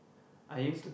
I used to